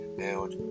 build